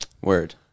Word